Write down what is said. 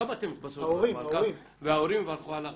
גם אתם בסוף תברכו עליו וההורים יברכו עליו,